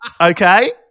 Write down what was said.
okay